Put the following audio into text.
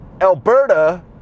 Alberta